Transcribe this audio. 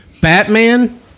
Batman